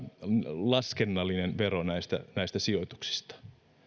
laskennallinen vero näistä näistä sijoituksista